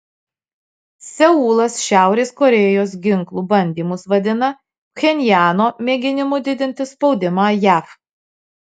seulas šiaurės korėjos ginklų bandymus vadina pchenjano mėginimu didinti spaudimą jav